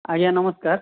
ଆଜ୍ଞା ନମସ୍କାର